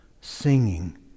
singing